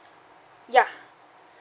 ya